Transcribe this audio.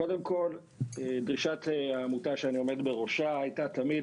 קודם כול דרישת העמותה שאני עומד בראשה הייתה תמיד,